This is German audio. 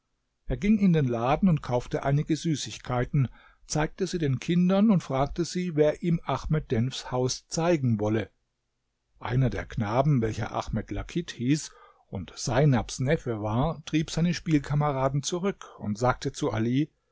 er ging in den laden und kaufte einige süßigkeiten zeigte sie den kindern und fragte sie wer ihm ahmed denfs haus zeigen wolle einer der knaben welcher ahmed lakit hieß und seinabs neffe war trieb seine spielkameraden zurück und sagte zu ali